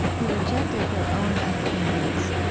who rejected their own african roots.